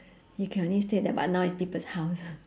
you can only say that but now it's people's house